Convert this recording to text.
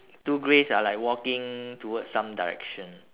two greys are like walking towards some direction